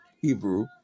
Hebrew